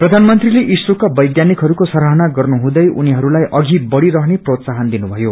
प्रषानमन्त्रीले ईस्रोका वैज्ञानिकहरूको सराहना गर्नु हुँदै उनीहरूलाई अघि बढ़ीरहेने प्रोत्साहन दिनु भयो